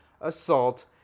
assault